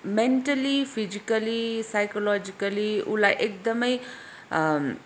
mentally physically psychologically उसलाई एकदमै